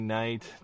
night